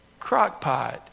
crockpot